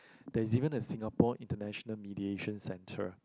there's even a Singapore International Mediation Center